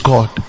God